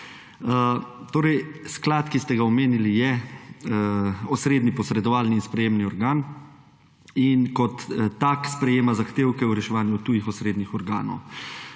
Sklad, ki ste ga omenili, je osrednji posredovalni in sprejemni organ in kot tak sprejema zahtevke o reševanju tujih osrednjih organov.